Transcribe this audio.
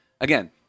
Again